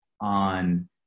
on